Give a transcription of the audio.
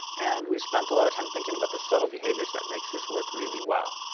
and we spent a lot of time thinking about the subtle behaviors that makes this work really well.